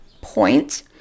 point